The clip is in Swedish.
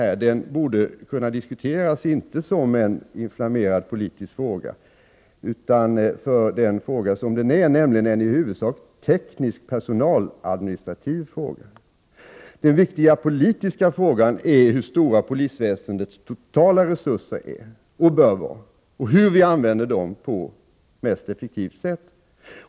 borde emellertid kunna diskuteras inte som en politiskt inflammerad fråga, utan med utgångspunkt från vad den egentligen är, nämligen en i huvudsak teknisk och personaladministrativ fråga. Den viktiga politiska frågan handlar ju om hur stora polisväsendets totala resurser är och bör vara och på vilket sätt vi anser att dessa används mest effektivt.